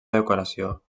decoració